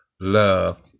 love